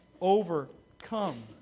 overcome